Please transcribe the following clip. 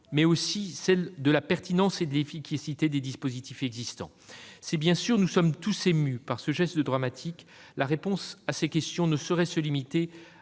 mais aussi celle de la pertinence et de l'efficacité des dispositifs existants. Si nous sommes tous émus par ce geste dramatique, la réponse à ces questions ne saurait se limiter